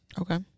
Okay